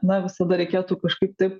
na visada reikėtų kažkaip taip